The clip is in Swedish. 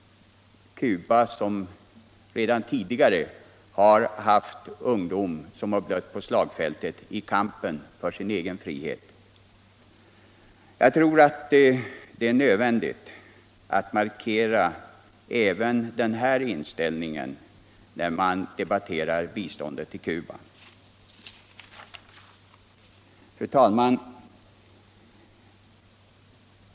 Cubas ungdom har redan tidigare dött på slagfältet i kamp för sin egen frihet. Det är nödvändigt att markera även denna inställning, när vi debatterar biståndet till Cuba. Fru talman!